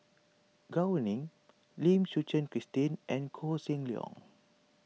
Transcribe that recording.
Gao Ning Lim Suchen Christine and Koh Seng Leong